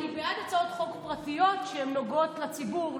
אני בעד הצעות חוק פרטיות כשהן נוגעות לציבור,